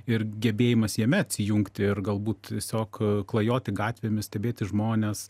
ir gebėjimas jame atsijungti ir galbūt tiesiog klajoti gatvėmis stebėti žmones